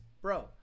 bro